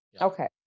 Okay